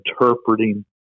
interpreting